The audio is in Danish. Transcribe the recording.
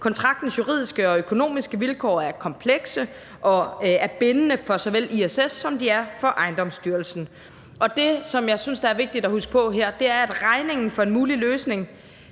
Kontraktens juridiske og økonomiske vilkår er komplekse og er bindende for såvel ISS som for Ejendomsstyrelsen. Det, som jeg synes er vigtigt at huske på her, er, at hvis ikke der er et ordentligt